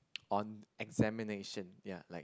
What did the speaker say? on examination ya like